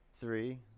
three